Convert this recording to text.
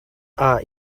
are